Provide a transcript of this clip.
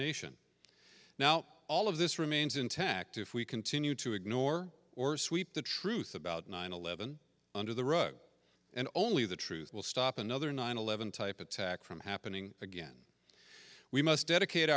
nation now all of this remains intact if we continue to ignore or sweep the truth about nine eleven under the rug and only the truth will stop another nine eleven type attack from happening again we must dedicate